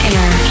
Air